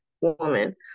woman